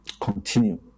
continue